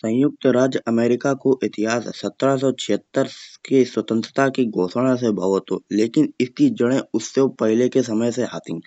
संयुक्त राज्य अमेरिका को इतिहास सत्तर सौ छिहत्तर के स्वतंत्रता की घोषणा से भाव हटो। लेकिन इसकी जड़े उससे पहिले की समय से हती।